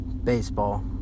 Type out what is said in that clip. Baseball